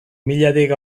milatik